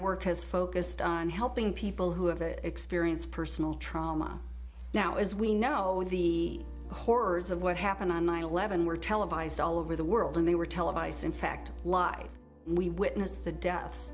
work has focused on helping people who have experienced personal trauma now as we know with the horrors of what happened on nine eleven were televised all over the world and they were televised in fact live and we witnessed the death